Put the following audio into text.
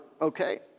Okay